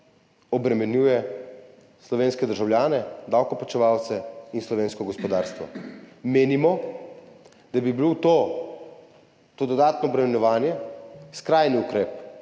obremenjuje slovenske državljane, davkoplačevalce in slovensko gospodarstvo. Menimo, da bi bilo to dodatno obremenjevanje skrajni ukrep